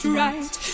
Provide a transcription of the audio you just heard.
right